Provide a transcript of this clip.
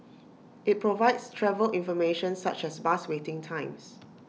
IT provides travel information such as bus waiting times